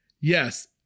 Yes